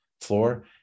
floor